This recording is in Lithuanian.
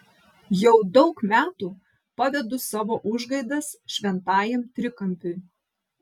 jau daug metų pavedu savo užgaidas šventajam trikampiui